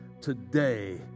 today